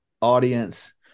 Audience